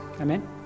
Amen